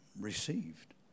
received